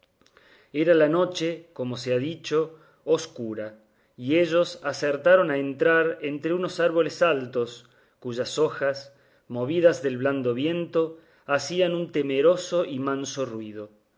era la noche como se ha dicho escura y ellos acertaron a entrar entre unos árboles altos cuyas hojas movidas del blando viento hacían un temeroso y manso ruido